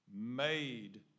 made